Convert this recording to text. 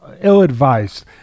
ill-advised